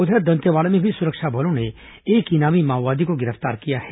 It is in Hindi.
उधर दंतेवाड़ा में भी सुरक्षा बलों ने एक इनामी माओवादी को गिरफ्तार किया है